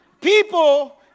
people